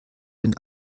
den